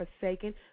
Forsaken